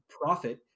profit